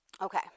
Okay